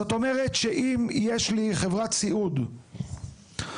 זאת אומרת שאם יש לי חברת סיעוד וראיתי